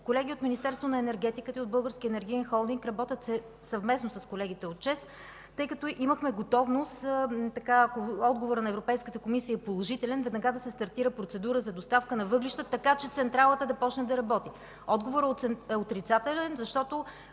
Колеги от Министерството на енергетиката и от Българския енергиен холдинг работят съвместно с колегите от ЧЕЗ, тъй като имахме готовност, ако отговорът на Европейската комисия е положителен, веднага да се стартира процедура за доставка на въглища, та централата да започне да работи. Отговорът е отрицателен, защото